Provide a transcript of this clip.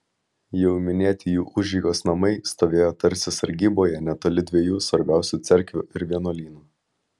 jau minėti jų užeigos namai stovėjo tarsi sargyboje netoli dviejų svarbiausių cerkvių ir vienuolynų